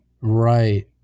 Right